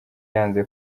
yanze